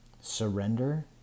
Surrender